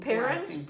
Parents